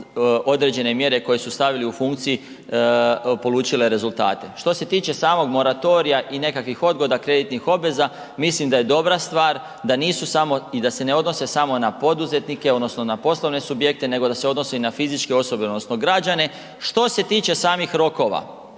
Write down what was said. određene mjere koje su stavili u funkciji polučile rezultate. Što se tiče samog moratorija i nekakvih odgoda kreditnih obveza, mislim da je dobra stvar da nisu samo i da se ne odnose samo na poduzetnike odnosno na poslovne subjekte nego da se odnose i na fizičke osobe odnosno građane. Što se tiče samih rokova,